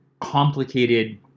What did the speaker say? complicated